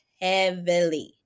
heavily